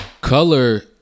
Color